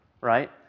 right